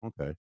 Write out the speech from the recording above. okay